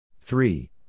three